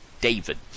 David